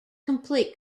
complete